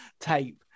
tape